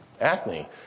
Acne